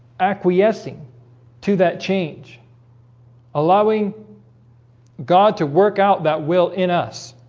acquiescing to that change allowing god to work out that will in us